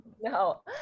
no